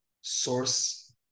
source